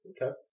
Okay